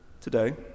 today